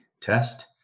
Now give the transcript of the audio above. test